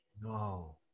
no